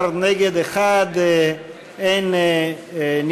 בעד, 18, נגד, 1, אין נמנעים.